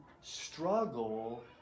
struggle